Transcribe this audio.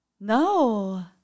No